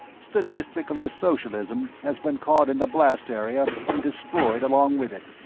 statisticalist socialism has been caught in the blast area and destroyed along with it.